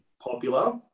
popular